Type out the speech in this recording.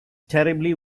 terribly